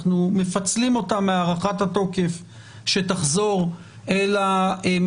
אנחנו מפצלים אותה מהארכת התוקף שתחזור למליאה.